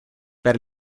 per